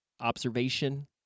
observation